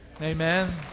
amen